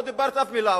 עוד לא דיברתי אף מלה.